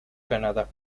canadá